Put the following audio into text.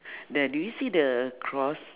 there do you see the cross